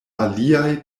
aliaj